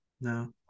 No